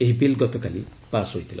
ଏହି ବିଲ୍ ଗତକାଲି ପାସ୍ ହୋଇଥିଲା